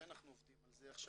אנחנו עובדים על זה עכשיו.